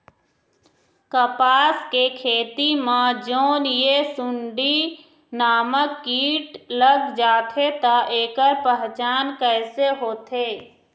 कपास के खेती मा जोन ये सुंडी नामक कीट लग जाथे ता ऐकर पहचान कैसे होथे?